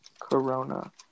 Corona